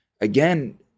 again